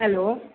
hello